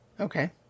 Okay